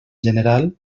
general